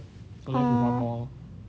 orh